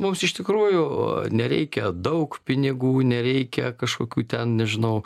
mums iš tikrųjų nereikia daug pinigų nereikia kažkokių ten nežinau